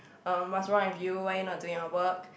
um what's wrong with you why you are not doing your work